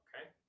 okay